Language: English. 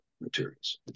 materials